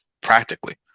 practically